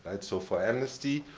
and so far amnesty,